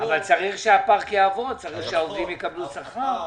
אבל צריך שהפארק יעבוד, צריך שהעובדים יקבלו שכר.